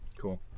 Cool